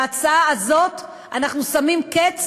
בהצעה הזאת אנחנו שמים קץ